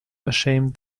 ashamed